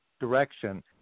direction